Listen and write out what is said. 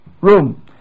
room